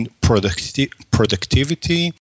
productivity